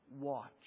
watch